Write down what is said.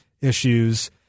issues